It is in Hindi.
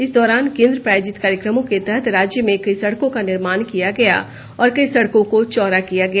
इस दौरान केंद्र प्रायोजित कार्यक्रमो के तहत राज्य में कई सड़कों का निर्माण किया गया और कई सड़कों को चौड़ा किया गया